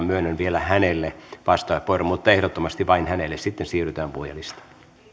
myönnän vielä hänelle vastauspuheenvuoron mutta ehdottomasti vain hänelle sitten siirrytään puhujalistaan kiitos arvoisa